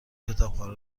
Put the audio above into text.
کتابخانه